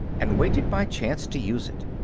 and waited my chance to use it.